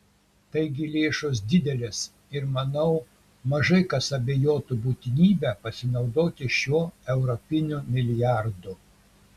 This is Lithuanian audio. taigi lėšos didelės ir manau mažai kas abejotų būtinybe pasinaudoti šiuo europiniu milijardu